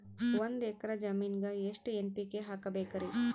ಒಂದ್ ಎಕ್ಕರ ಜಮೀನಗ ಎಷ್ಟು ಎನ್.ಪಿ.ಕೆ ಹಾಕಬೇಕರಿ?